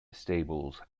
stables